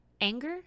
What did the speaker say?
Anger